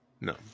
No